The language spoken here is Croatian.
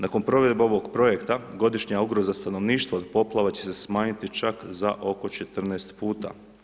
Nakon provedbe ovog projekta, godišnja ugroza stanovništva od poplava će se smanjiti čak za oko 14 puta.